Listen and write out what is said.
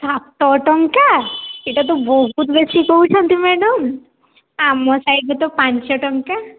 ସାତ ଟଙ୍କା ଏଇଟା ତ ବହୁତ ବେଶୀ କହୁଛନ୍ତି ମ୍ୟାଡମ୍ ଆମ ସାଇଡ୍ରେ ତ ପାଞ୍ଚଟଙ୍କା